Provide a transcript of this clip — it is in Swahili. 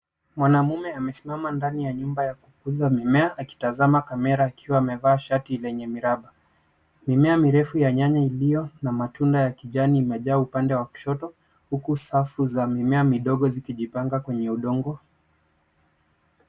Mwanaume amesimama ndani ya nyumba ya kukuza mimea, akitazama kamera akiwa amevaa shati lenye miraba. Mimea mirefu ya nyanya iliyo na matunda ya kijani imejaa upande wa kushoto huku safu za mimea midogo zikijipanga kwenye udongo.